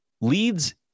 leads